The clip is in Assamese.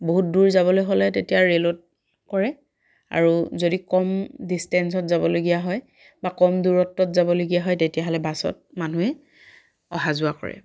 বহুত দূৰ যাবলৈ হ'লে তেতিয়া ৰে'লত কৰে আৰু যদি কম ডিছটেন্সত যাবলগীয়া হয় বা কম দূৰত্বত যাবলগীয়া হয় তেতিয়াহ'লে বাছত মানুহে অহা যোৱা কৰে